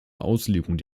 auslegung